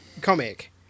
comic